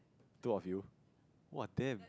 two of you !wah! damn